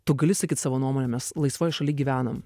tu gali sakyt savo nuomonę mes laisvoj šaly gyvenam